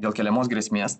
dėl keliamos grėsmės